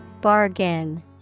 Bargain